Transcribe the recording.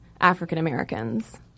African-Americans